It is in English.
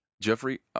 jeffrey